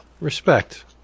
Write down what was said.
respect